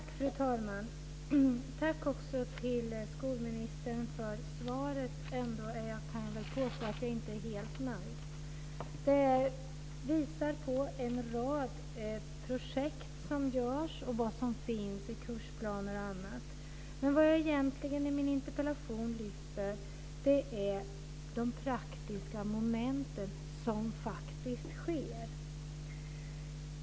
Fru talman! Tack, skolministern, för svaret. Jag kan påstå att jag inte är helt nöjd. Det visar på en rad projekt som drivs och vad som finns i kursplaner och annat. Men vad jag egentligen i min interpellation lyfter fram är de praktiska moment som faktiskt finns.